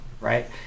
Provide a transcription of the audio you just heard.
right